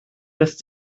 lässt